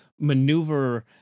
maneuver